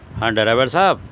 ہاں ڈرائیور صاحب